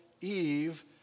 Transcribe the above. Eve